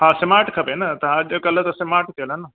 हा स्माट खपे न त अॼुकल्ह त स्माट थियूं हलनि न